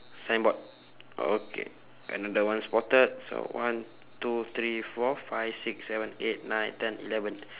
signboard okay another one spotted so one two three four five six seven eight nine ten eleven